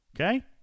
Okay